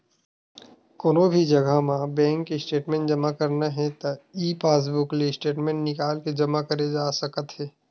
कोनो भी जघा म बेंक के स्टेटमेंट जमा करना हे त ई पासबूक ले स्टेटमेंट निकाल के जमा करे जा सकत हे